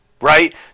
Right